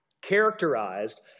characterized